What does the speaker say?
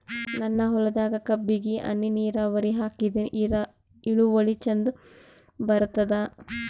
ನನ್ನ ಹೊಲದಾಗ ಕಬ್ಬಿಗಿ ಹನಿ ನಿರಾವರಿಹಾಕಿದೆ ಇಳುವರಿ ಚಂದ ಬರತ್ತಾದ?